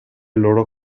loro